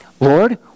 Lord